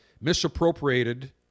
misappropriated